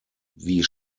wie